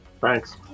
Thanks